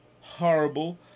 Horrible